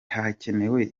hakenewe